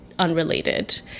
unrelated